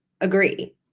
agree